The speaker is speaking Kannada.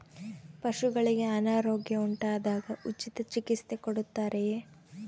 ಪಶುಗಳಿಗೆ ಅನಾರೋಗ್ಯ ಉಂಟಾದಾಗ ಉಚಿತ ಚಿಕಿತ್ಸೆ ಕೊಡುತ್ತಾರೆಯೇ?